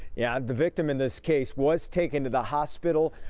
yeah the victim in this case was taken to the hospital.